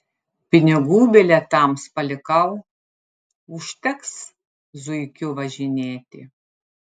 pinigų bilietams palikau užteks zuikiu važinėti